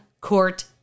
court